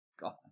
god